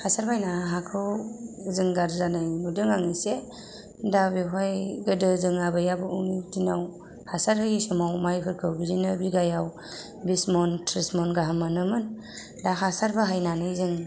हासार बायना हाखौ जों गाज्रि जानाय नुदों आं एसे दा बेवहाय गोदो जों आबै आबौनि दिनाव हासार होयै समाव माइफोरखौ बिदिनो बिघायाव बिस मन त्रिस मन गाहाम मोनोमोन दा हासार बाहायनानै जों